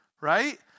right